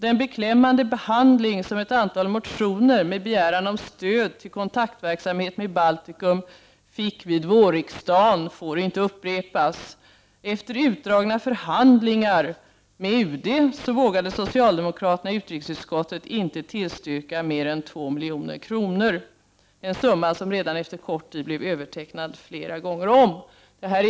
Den beklämmande behandling som ett antal motioner med begäran om stöd till kontaktverksamhet med Baltikum fick vid vårriksdagen får inte upprepas. Efter utdragna förhandlingar med UD vågade socialdemokraterna i utrikesutskottet inte tillstyrka mer än 2 milj.kr., en summa som redan efter kort tid blev övertecknad flera gånger om.